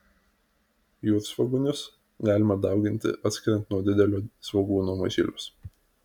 jūrsvogūnius galima dauginti atskiriant nuo didelio svogūno mažylius